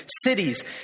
cities